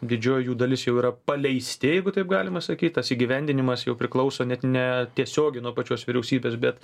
didžioji jų dalis jau yra paleisti jeigu taip galima sakyt tas įgyvendinimas jau priklauso net ne tiesiogiai nuo pačios vyriausybės bet